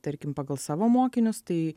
tarkim pagal savo mokinius tai